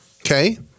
Okay